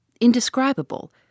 indescribable